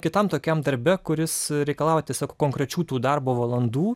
kitam tokiam darbe kuris reikalauja savo konkrečių darbo valandų